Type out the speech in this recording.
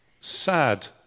sad